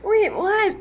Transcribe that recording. wait what